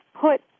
put –